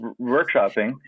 workshopping